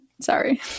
Sorry